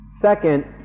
Second